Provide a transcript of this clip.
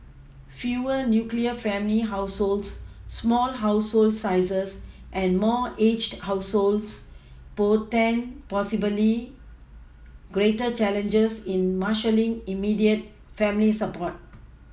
fewer nuclear family households small household sizes and more aged households portend possibly greater challenges in marshalling immediate family support